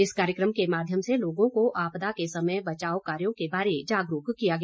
इस कार्यक्रम के माध्यम से लोगों को आपदा के समय बचाव कार्यों के बारे जागरूक किया गया